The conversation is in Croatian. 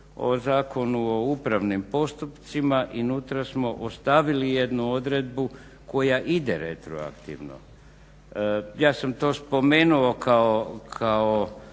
o Zakonu o upravnim postupcima i nutra smo ostavili jednu odredbu koja ide retroaktivno. Ja sam to spomenuo kao